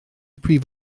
prif